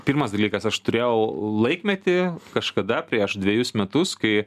pirmas dalykas aš turėjau laikmetį kažkada prieš dvejus metus kai